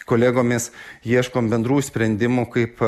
kolegomis ieškom bendrų sprendimų kaip